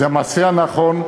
זה המעשה הנכון,